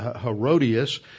Herodias